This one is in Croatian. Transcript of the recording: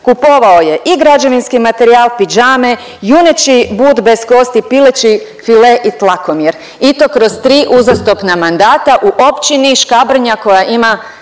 kupovao je i građevinski materijal, pidžame, juneći but bez kosti, pileći file i tlakomjer i to kroz tri uzastopna mandata u općini Škabrnja koja ima